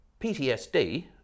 PTSD